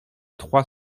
trois